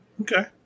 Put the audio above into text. Okay